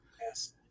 Yes